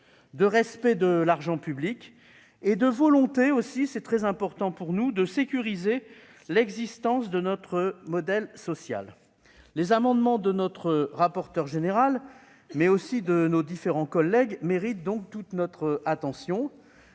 de respect de l'argent public. Il s'agit aussi, et ce point est très important pour nous, de sécuriser l'existence de notre modèle social. Les amendements de notre rapporteur général, mais aussi de nos différents collègues, méritent donc toute notre attention.